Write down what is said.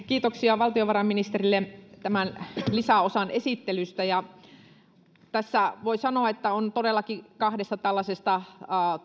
kiitoksia valtiovarainministerille tämän lisäosan esittelystä voi sanoa että tässä on todellakin kahdesta tällaisesta